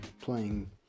playing